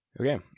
okay